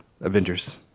Avengers